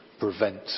prevent